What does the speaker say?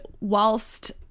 whilst